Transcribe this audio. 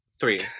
Three